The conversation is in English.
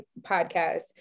podcast